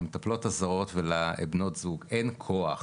המטפלות הזרות ולבנות הזוג אין כוח.